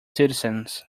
citizens